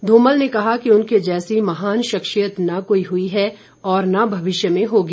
धूमल ने कहा कि उनके जैसी महान शख्सियत न कोई हुई है और न मविष्य में होगी